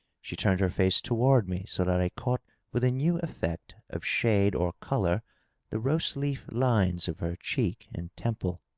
she turned her face toward me so that i caught with a new effect of shade or color the rose-leaf lines of her cheek and temple.